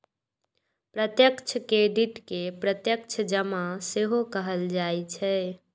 प्रत्यक्ष क्रेडिट कें प्रत्यक्ष जमा सेहो कहल जाइ छै